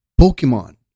Pokemon